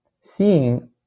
seeing